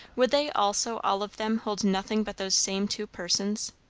would they also, all of them, hold nothing but those same two persons?